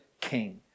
King